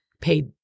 paid